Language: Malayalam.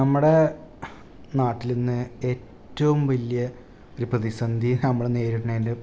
നമ്മുടേ നാട്ടിലിന്ന് ഏറ്റവും വലിയ ഒരു പ്രതിസന്ധി നമ്മൾ നേരിടണേല് വലിയ